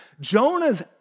Jonah's